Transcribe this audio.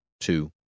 two